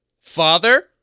father